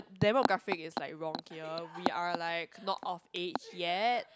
demographic is like wrong here we are like not of age yet